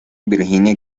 virginia